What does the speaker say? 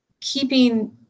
keeping